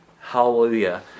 Hallelujah